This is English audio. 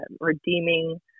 redeeming